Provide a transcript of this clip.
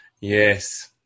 Yes